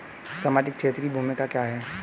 सामाजिक क्षेत्र की भूमिका क्या है?